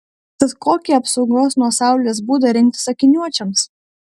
tad kokį apsaugos nuo saulės būdą rinktis akiniuočiams